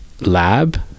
lab